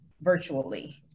virtually